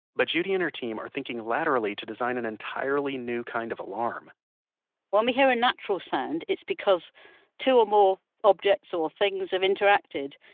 but judy and her team are thinking laterally to design an entirely new kind of alarm when we hear a and natural sound, it's because two or more objects or things have interacted.